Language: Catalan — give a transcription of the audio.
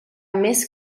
més